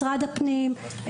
משרד הפנים,